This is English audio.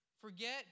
forget